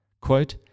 Quote